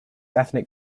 ethnic